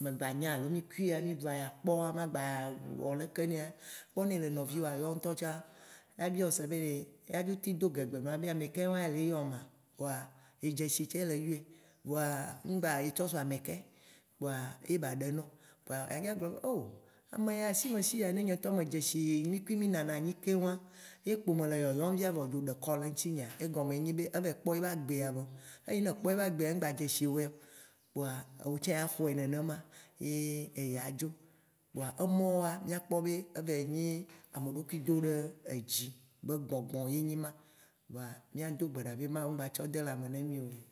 me gba nyɛ alo mì kui ya mì ɖu aya kpoa, magba wɔ leke nea. Kpɔ ne ele nɔviwòa yɔm ŋtɔtsã, abiɔ se be ɖe adzo teŋ do gĩgbe hã be "ameka ye wã le yɔ maaa" voa ye edzesi ce le yɔɛ. Voa mgba ye trɔ zu amekɛ, kpoa, ye ba ɖe nɔ. Kpoa ya dzoa gblɔ̃ be, ameya asimesi ya ne nye ŋtɔ me dzesi mì kui mì nana nyi keŋ, ye kpo mele yɔyɔ via kpo dzo ɖe kɔ le ŋtinyea, egɔme ye nye be, eva yi kpɔ yebe agbea vɔ. Eyi ne ekpɔ ba gbea, mgba dzesi woya o. Kpoa wo tsã axɔe nenema ye eya dzo, emɔwoa, mìakpɔ be eva yi nyi ameɖokui do ɖe edzi be gbɔ̃gbɔ̃ ye nyi ma. Vɔa mìa do gbe ɖa be Mawu ŋgba tsɔ de lãme ne mì o looo.